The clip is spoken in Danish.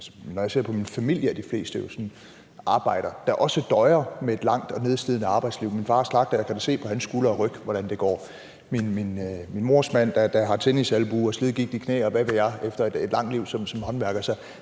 når jeg ser på min familie, er de fleste jo sådan arbejdere, der også døjer med et langt og nedslidende arbejdsliv. Min far er slagter, og jeg kan da se på hans skuldre og ryg, hvordan det går. Min mors mand har tennisalbue og slidgigt i knæ, og hvad ved jeg, efter et langt liv som håndværker.